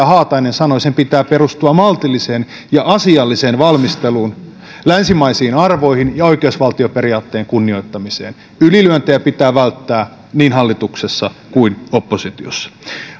haatainen sanoi sen pitää perustua maltilliseen ja asialliseen valmisteluun länsimaisiin arvoihin ja oikeusvaltioperiaatteen kunnioittamiseen ylilyöntejä pitää välttää niin hallituksessa kuin oppositiossa